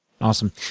Awesome